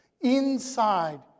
inside